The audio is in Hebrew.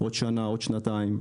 עוד שנה, עוד שנתיים,